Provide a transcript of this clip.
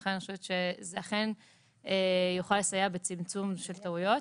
לכן אני חושבת שזה אכן יוכל לסייע בצמצום של טעויות.